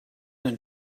than